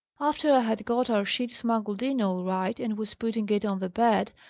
after i had got our sheet smuggled in, all right, and was putting it on the bed,